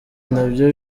nabyo